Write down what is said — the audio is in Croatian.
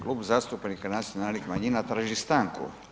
Klub zastupnika nacionalnih manjina traži stanku.